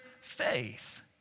faith